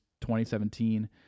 2017